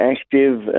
active